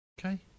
Okay